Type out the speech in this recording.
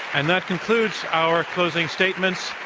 and that concludes our closing statements.